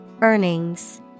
Earnings